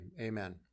Amen